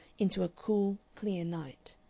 into a cool, clear night.